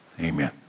amen